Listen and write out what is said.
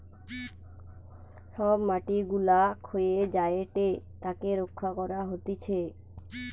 সব মাটি গুলা ক্ষয়ে যায়েটে তাকে রক্ষা করা হতিছে